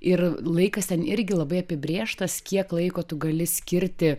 ir laikas ten irgi labai apibrėžtas kiek laiko tu gali skirti